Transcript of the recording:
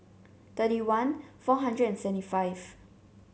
thirty one four hundred and seventy five